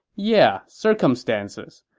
yeah, circumstances.